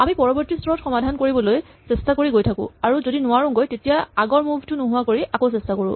আমি পৰৱৰ্তী স্তৰত সমাধান কৰিবলৈ চেষ্টা কৰি গৈ থাকো আৰু যদি নোৱাৰোঁগৈ তেতিয়া আগৰ মুভ টো নোহোৱা কৰি আকৌ চেষ্টা কৰো